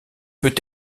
peut